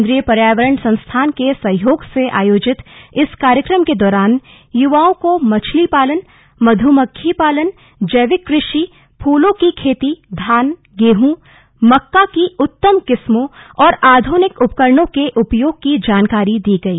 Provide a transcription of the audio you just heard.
केन्द्रीय पर्यावरण संस्थान के सहयोग से आयोजित इस कार्यक्रम के दौरान युवाओं को मछली पालन मध्यमक्खी पालन जैविक कृषि फूलों की खेती धान गेहूं मक्का की उत्तम किस्मों और आधुनिक उपकरणों के उपयोग की जानकारी दी गई